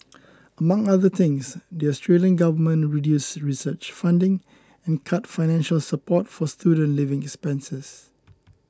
among other things the Australian government reduced research funding and cut financial support for student living expenses